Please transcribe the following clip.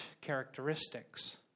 characteristics